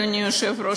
אדוני היושב-ראש,